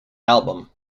album